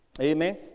amen